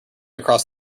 across